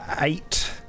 eight